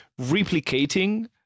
replicating